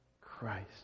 Christ